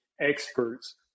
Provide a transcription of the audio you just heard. experts